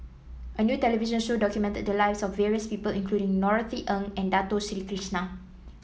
a new television show documented the lives of various people including Norothy Ng and Dato Sri Krishna